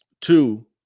two